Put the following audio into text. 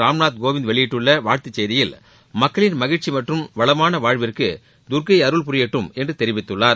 ராம்நாத் கோவிந்த் வெளியிட்டுள்ள வாழ்த்துச் செய்தியில் மக்களின் மகிழ்ச்சி மற்றும் வளமான வாழ்விற்கு தர்கை அருள் புரியட்டும் என தெரிவித்துள்ளார்